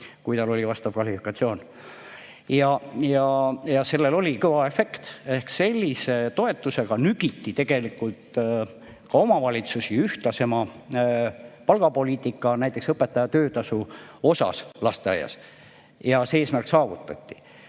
kui tal oli vastav kvalifikatsioon. Sellel oli kõva efekt ehk sellise toetusega nügiti omavalitsusi ühtlasema palgapoliitika suunas, näiteks õpetaja töötasu puhul lasteaias, ja see eesmärk saavutati.